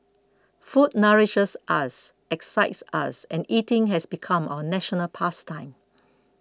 food nourishes us excites us and eating has become our national past time